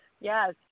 Yes